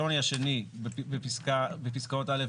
השוני השני: בפסקאות א,